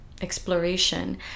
exploration